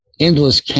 Endless